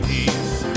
Peace